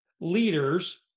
Leaders